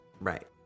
Right